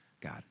God